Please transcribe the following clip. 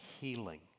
healing